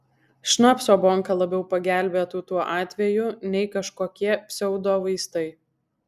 šnapso bonka labiau pagelbėtų tuo atveju nei kažkokie pseudovaistai